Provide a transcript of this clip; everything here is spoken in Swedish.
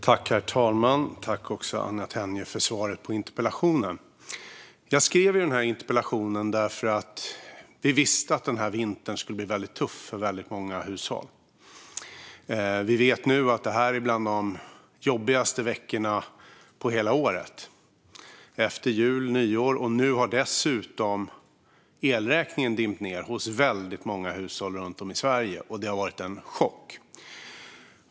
Herr talman! Jag tackar Anna Tenje för svaret på interpellationen. Jag skrev interpellationen därför att vi visste att denna vinter skulle bli väldigt tuff för väldigt många hushåll. Vi vet att veckorna efter jul och nyår är bland de jobbigaste veckorna på hela året. Nu har dessutom elräkningen dumpit ned hos väldigt många hushåll runt om i Sverige, och det har varit en chock.